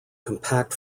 compact